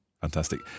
Fantastic